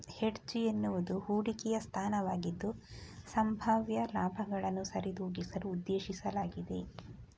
hedge ಎನ್ನುವುದು ಹೂಡಿಕೆಯ ಸ್ಥಾನವಾಗಿದ್ದು, ಸಂಭಾವ್ಯ ಲಾಭಗಳನ್ನು ಸರಿದೂಗಿಸಲು ಉದ್ದೇಶಿಸಲಾಗಿದೆ